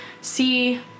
see